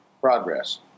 progress